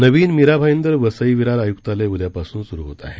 नवीन मीरा भाईदर वसई विरार आयुक्तालय उद्यापासून सुरु होत आहे